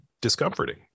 discomforting